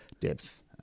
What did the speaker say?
depth